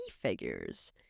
figures